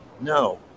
no